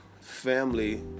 family